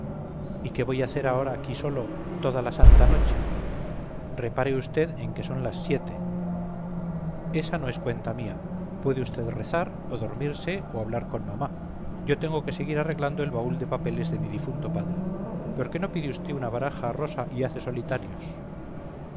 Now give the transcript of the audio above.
y qué voy a hacer ahora aquí solo toda la santa noche repare usted en que son las siete ésa no es cuenta mía puede usted rezar o dormirse o hablar con mamá yo tengo que seguir arreglando el baúl de papeles de mi difunto padre por qué no pide usted una baraja a rosa y hace solitarios